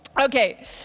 Okay